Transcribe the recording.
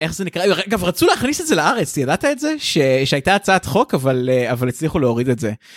איך זה נקרא אגב, גם רצו להכניס את זה לארץ ידעת את זה שהייתה הצעת חוק אבל אבל הצליחו להוריד את זה.